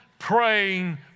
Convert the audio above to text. Praying